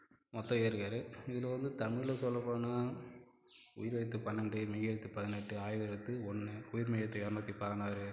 மொத்தம் எழுதியிருக்காரு இதில் வந்து தமிழ் சொல்லப்போனா உயிரெழுத்து பன்னெண்டு மெய்யெழுத்து பதினெட்டு ஆயுத எழுத்து ஒன்று உயிர் மெய் எழுத்து இரநூத்தி பதினாறு